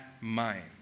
mind